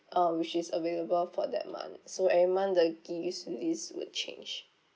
uh which is available for that month so every month the gifts released would change